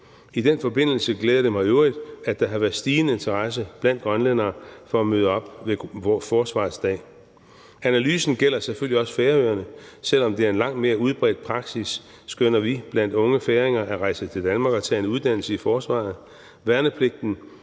I den forbindelse glæder det mig i øvrigt, at der har været stigende interesse blandt grønlændere for at møde op på Forsvarets Dag. Analysen gælder selvfølgelig også Færøerne, selv om det er en langt mere udbredt praksis, skønner vi, blandt unge færinger at rejse til Danmark og tage en uddannelse i forsvaret.